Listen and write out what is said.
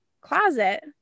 closet